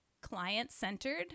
client-centered